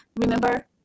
remember